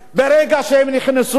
החובה המוסרית שלנו,